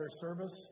service